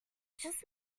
just